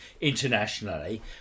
internationally